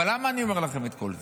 אבל למה אני אומר את כל זה?